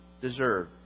deserve